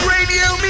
Radio